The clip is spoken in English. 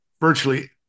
virtually